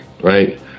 Right